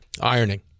Ironing